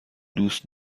دوست